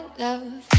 love